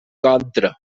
contra